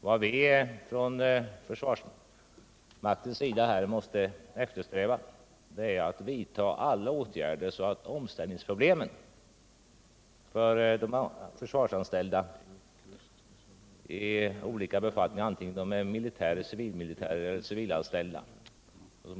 Vad vi från försvarsmaktens sida måste eftersträva är att vidta alla åtgärder så att omställningsproblemen för de försvarsanställda blir så små som möjligt, vare sig det gäller militärer, civilmilitärer eller civilanställda.